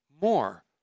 more